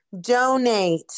donate